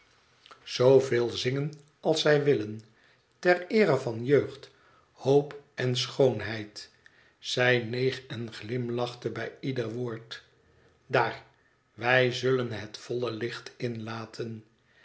zingen als zij willen ter eere van jeugd hoop en schoonheid zij neeg en glimlachte bij ieder woord daar wij zullen het volle licht inlaten